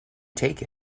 take